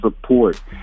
support